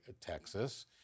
Texas